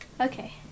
okay